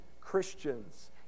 Christians